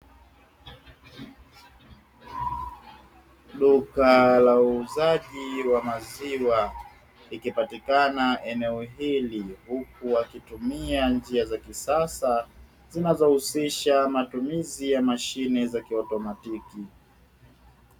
Duka la wauzaji wa mazingira ikipatikana eneo hili. Huku wakitumia njia za kisasa zinazohusisha matumizi ya mashine za kiautomatiki.